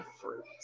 fruits